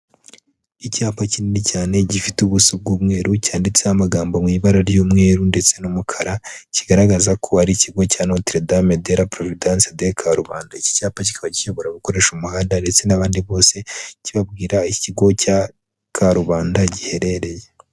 Icyapa kinini cyane gifite ubuso bw'umweru cyanditseho amagambo mu ibara ry'umweru ndetse n'umukara, kigaragaza ko ari ikigo cya Notre dame de la Providence de Karubanda, iki cyapa kikaba kiyobora abakoresha umuhanda ndetse n'abandi bose kibabwira ikigo cya Karubanda giherereye.